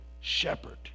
shepherd